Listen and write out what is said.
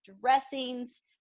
dressings